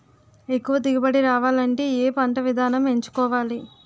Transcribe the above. ఎక్కువ దిగుబడి రావాలంటే ఏ పంట విధానం ఎంచుకోవాలి?